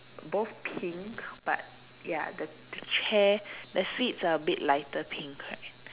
both pink but ya the the chair the seats are a bit lighter pink right